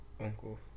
Uncle